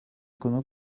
konu